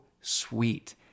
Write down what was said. sweet